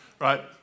right